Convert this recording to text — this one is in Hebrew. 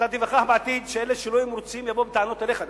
אתה תיווכח בעתיד שאלה שלא יהיו מרוצים יבואו בטענות אליך דווקא,